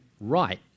right